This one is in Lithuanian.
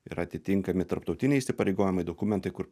ir atitinkami tarptautiniai įsipareigojimai dokumentai kur